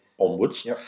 onwards